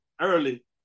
early